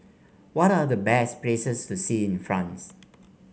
what are the best places to see in France